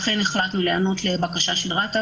לכן החלטנו להיענות לבקשת רשות שדות התעופה